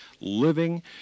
living